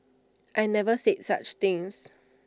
I never said such things